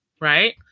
Right